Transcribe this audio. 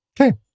Okay